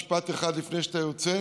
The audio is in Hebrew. משפט אחד לפני שאתה יוצא.